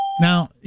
Now